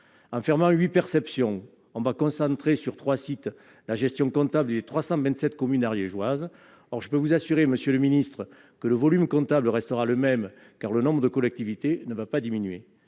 En fermant 8 perceptions, on concentre sur 3 sites la gestion comptable des 327 communes ariégeoises. Or je peux vous assurer, monsieur le secrétaire d'État, que le volume comptable restera le même, car le nombre de collectivités ne diminuera